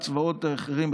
בצבאות אחרים,